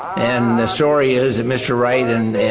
and the story is that mr. wright and